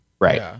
Right